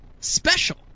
special